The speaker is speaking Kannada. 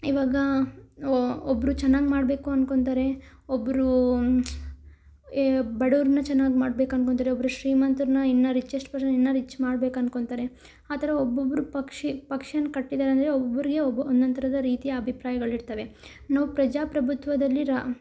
ಇವಾಗ ಒಬ್ಬರು ಚೆನ್ನಾಗಿ ಮಾಡಬೇಕು ಅನ್ಕೊತಾರೆ ಒಬ್ಬರು ಎ ಬಡವರನ್ನ ಚೆನ್ನಾಗಿ ಮಾಡ್ಬೇಕು ಅನ್ಕೊತಾರೆ ಒಬ್ಬರು ಶ್ರೀಮಂತರನ್ನ ಇನ್ನೂ ರಿಚೆಸ್ಟ್ ಪರ್ಸನ್ ಇನ್ನೂ ರಿಚ್ ಮಾಡ್ಬೇಕು ಅನ್ಕೊತಾರೆ ಆ ಥರ ಒಬ್ಬೊಬ್ಬರು ಪಕ್ಷ ಪಕ್ಷನ ಕಟ್ಟಿದಾರೆ ಅಂದರೆ ಒಬ್ಬರಿಗೆ ಒಂದೊಂದು ಥರದ ರೀತಿಯ ಅಭಿಪ್ರಾಯಗಳಿರ್ತವೆ ನಾವು ಪ್ರಜಾಪ್ರಭುತ್ವದಲ್ಲಿ